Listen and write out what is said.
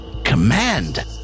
Command